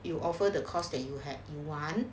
it will offer the course that you that you want